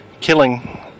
Killing